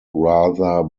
rather